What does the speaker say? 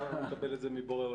אתה מקבל את זה מבורא עולם.